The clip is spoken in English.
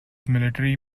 military